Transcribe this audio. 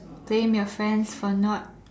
blame your friends for not